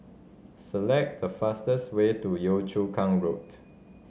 select the fastest way to Yio Chu Kang Road